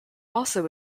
also